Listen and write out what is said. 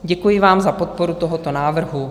Děkuji vám za podporu tohoto návrhu.